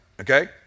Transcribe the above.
okay